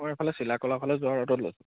মই এইফালে চিলা কলাৰ ফালে যোৱাৰ ৰোডত লৈছোঁ